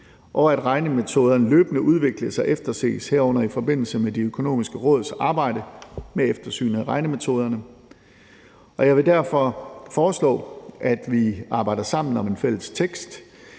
og at regnemetoderne løbende udvikles og efterses, herunder i forbindelse med Det Økonomiske Råds arbejde med eftersynet af regnemetoder. Jeg vil derfor foreslå, at vi arbejder sammen om en fælles tekst,